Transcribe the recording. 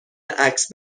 عکس